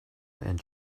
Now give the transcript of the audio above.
and